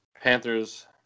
Panthers